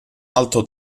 alto